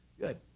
Good